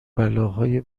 بلاهای